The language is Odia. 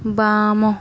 ବାମ